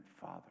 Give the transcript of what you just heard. Father